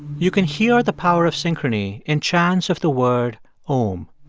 you can hear the power of synchrony in chants of the word om